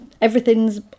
Everything's